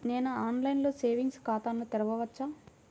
నేను ఆన్లైన్లో సేవింగ్స్ ఖాతాను తెరవవచ్చా?